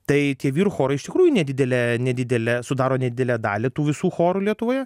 tai tie vyrų chorai iš tikrųjų nedidelę nedidelę sudaro nedidelę dalį tų visų chorų lietuvoje